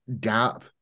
gap